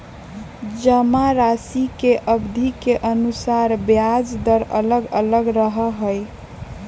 जमाराशि के अवधि के अनुसार ब्याज दर अलग अलग रहा हई